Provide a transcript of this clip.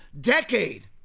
decade